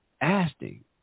asking